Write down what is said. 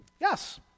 Yes